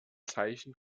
zeichen